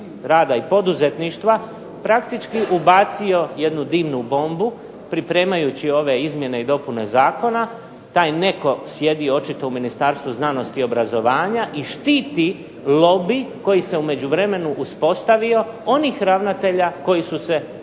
rada i poduzetništva praktički ubacio jednu dimnu bombu, pripremajući ove izmjene i dopune zakona, taj netko sjedi očito u Ministarstvu znanosti i obrazovanja i štiti lobij koji se u međuvremenu uspostavio, onih ravnatelja koji su se poduhvatili